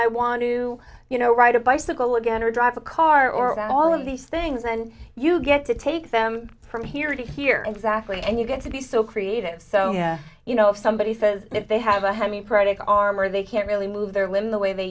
i want to you know write a bicycle again or drive a car or all of these things and you get to take them from here to hear exactly and you get to be so creative so yeah you know if somebody says if they have a hemi predicate armor they can't really move their limb the way they